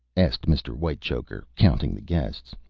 asked mr. whitechoker, counting the guests.